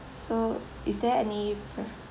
so is there any pref~